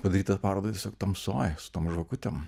padaryt tą parodą tiesiog tamsoj su tom žvakutėm